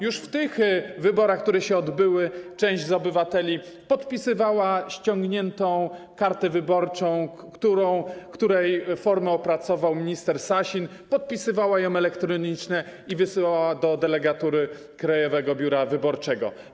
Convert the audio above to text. Już w tych wyborach, które się odbyły, część z obywateli podpisywała ściągniętą kartę wyborczą, której formę opracował minister Sasin, podpisywała ją elektronicznie i wysyłała ją do delegatury Krajowego Biura Wyborczego.